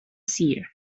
seer